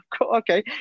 okay